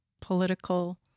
political